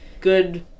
good